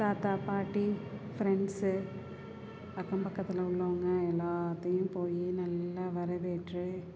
தாத்தா பாட்டி ஃப்ரண்ட்ஸு அக்கம் பக்கத்தில் உள்ளவங்கள் எல்லாத்தையும் போய் நல்லா வரவேற்று